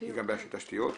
הבעיה של תשתיות.